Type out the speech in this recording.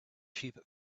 sheep